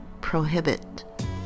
prohibit